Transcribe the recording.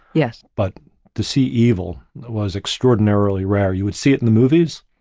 yes. but to see evil was extraordinarily rare. you would see it in the movies,